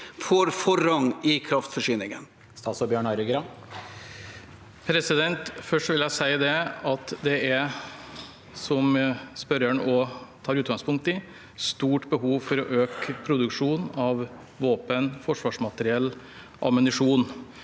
får forrang i kraftforsyningen? Statsråd Bjørn Arild Gram Først vil jeg si at det er, som spørreren også tar utgangspunkt i, stort behov for å øke produksjon av våpen, forsvarsmateriell og ammunisjon.